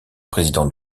président